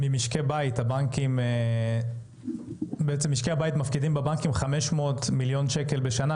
משקי הבית מפקידים בבנקים 500 מיליון שקל משנה,